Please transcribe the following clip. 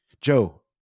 Joe